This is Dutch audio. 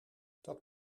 dat